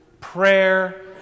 prayer